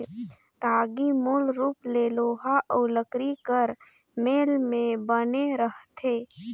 टागी मूल रूप ले लोहा अउ लकरी कर मेल मे बने रहथे